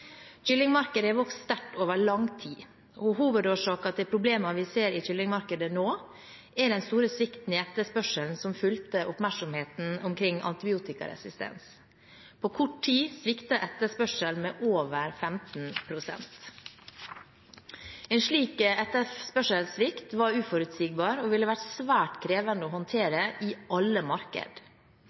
Kyllingmarkedet har vokst sterkt over lang tid. Hovedårsaken til problemene vi ser i kyllingmarkedet nå, er den store svikten i etterspørselen som fulgte oppmerksomheten omkring antibiotikaresistens. På kort tid sviktet etterspørselen med over 15 pst. En slik etterspørselssvikt var uforutsigbar og ville vært svært krevende å håndtere i alle